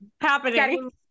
happening